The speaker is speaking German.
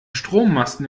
strommasten